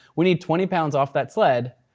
we need twenty pounds off that sled.